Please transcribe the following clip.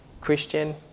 Christian